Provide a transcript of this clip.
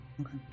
Okay